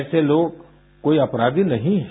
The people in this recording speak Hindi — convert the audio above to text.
ऐसे लोग कोई अपराधी नहीं हैं